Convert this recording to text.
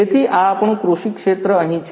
તેથી આ આપણું કૃષિ ક્ષેત્ર અહીં છે